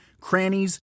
crannies